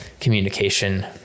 communication